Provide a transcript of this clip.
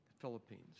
Philippines